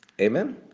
Amen